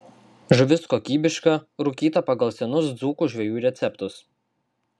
žuvis kokybiška rūkyta pagal senus dzūkų žvejų receptus